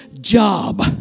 job